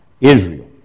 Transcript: Israel